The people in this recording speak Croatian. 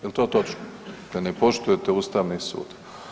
Jel' to točno da ne poštujete Ustavni sud?